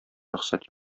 рөхсәт